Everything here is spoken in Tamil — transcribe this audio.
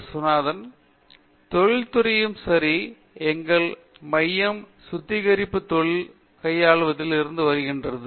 விஸ்வநாதன் தொழில் துறையில் சரி எங்கள் மையம் சுத்திகரிப்புத் தொழில் கையாள்வதில் இருந்து வருகிறது